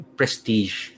prestige